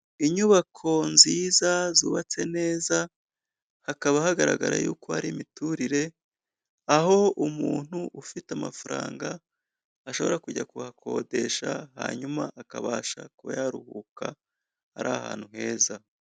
Inyubako nziza zubatse neza, hakaba hagaragara yuko hari imiturire, aho umuntu ufite amafaranga, ashobora kujya kuyakodesha hanyuma akabasha kuba yaruhuka, ari ahantu heza.